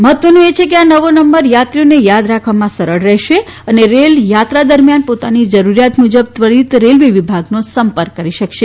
મહત્વનું છે કે આ નવો નંબર યાત્રિઓને યાદ રાખવામાં સરળ રહેશે અને રેલ યાત્રા દરમિયાન પોતાની જરૂરિયાત મુજબ ત્વરિત રેલવે વિભાગનો સંપર્ક કરી શકાશે